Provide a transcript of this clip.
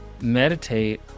meditate